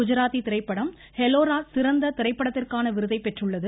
குஜாராத்தி திரைப்படம் ஹேலோரா சிறந்த திரைப்படத்திற்கான விருதைப் பெற்றுள்ளது